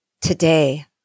Today